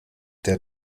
der